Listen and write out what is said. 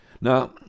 Now